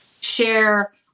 share